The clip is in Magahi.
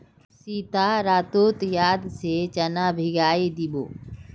सीता रातोत याद से चना भिगइ दी बो